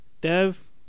Dev